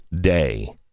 day